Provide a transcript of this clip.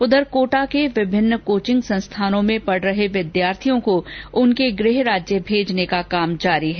उधर कोटा के विभिन्न कोचिंग संस्थानों में पढ रहे विद्यार्थियों को उनके गृह राज्य भेजने का काम जारी है